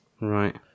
right